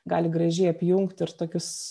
gali gražiai apjungti ir tokius